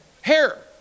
Hair